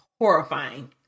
horrifying